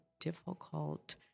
difficult